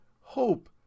hope